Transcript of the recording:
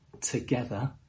together